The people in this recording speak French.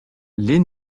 les